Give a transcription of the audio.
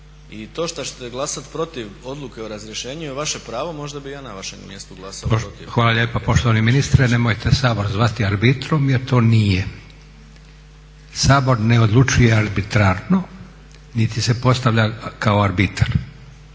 I to što ćete glasati protiv odluke o razrješenje je vaše pravo, možda bi i ja na vašem mjestu glasovao.